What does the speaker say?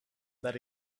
that